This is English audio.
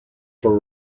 for